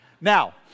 Now